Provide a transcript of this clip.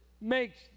makes